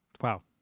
Wow